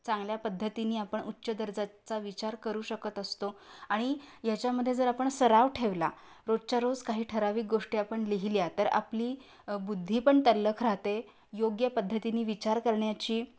चांगल्या पद्धतीने आपण उच्च दर्जाचा विचार करू शकत असतो आणि याच्यामध्ये जर आपण सराव ठेवला रोजच्या रोज काही ठराविक गोष्टी आपण लिहिल्या तर आपली बुद्धी पण तल्लख राहते योग्य पद्धतीने विचार करण्याची